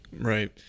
Right